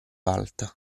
alta